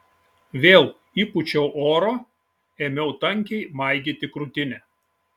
vėl įpūčiau oro ėmiau tankiai maigyti krūtinę